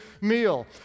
meal